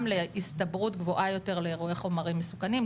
להסתברות גבוהה יותר לאירועי חומרים מסוכנים,